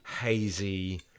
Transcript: hazy